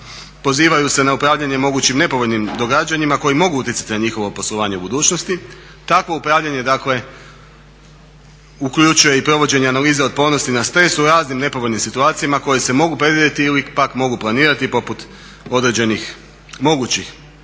pozivaju se na upravljanje mogućim nepovoljnim događanjima koji mogu utjecati na njihovo poslovanje u budućnosti. Takvo upravljanje dakle uključuje i provođenje analize otpornosti na stres u raznim nepovoljnim situacijama koje se mogu predvidjeti ili pak mogu planirati poput određenih mogućih